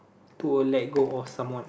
to uh let go of someone